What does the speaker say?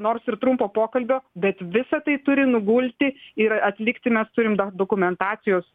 nors ir trumpo pokalbio bet visa tai turi nugulti ir atlikti mes turim dar dokumentacijos